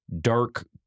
dark